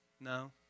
No